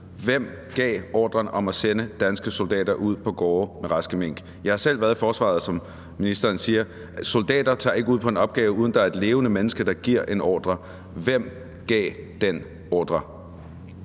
Hvem gav ordren om at sende danske soldater ud på gårde med raske mink? Jeg har selv, som ministeren siger, været i forsvaret. Soldater tager ikke ud på en opgave, uden at der er et levende menneske, der giver en ordre. Hvem gav den ordre?